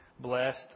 blessed